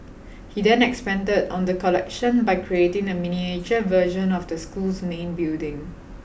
he then expanded on the collection by creating a miniature version of the school's main building